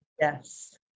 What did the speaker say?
Yes